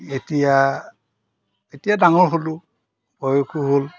এতিয়া এতিয়া ডাঙৰ হ'লোঁ বয়সো হ'ল